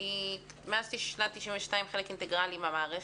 מאז שנת 1992 היא חלק אינטגרלי מן המערכת,